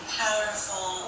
powerful